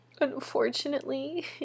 Unfortunately